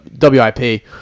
WIP